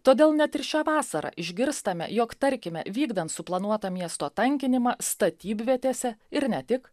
todėl net ir šią vasarą išgirstame jog tarkime vykdant suplanuotą miesto tankinimą statybvietėse ir ne tik